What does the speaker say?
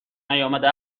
نیامده